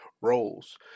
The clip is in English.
roles